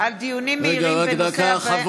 מבוגרים ומיעוטים בחברה.